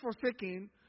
forsaken